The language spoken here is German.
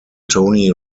tony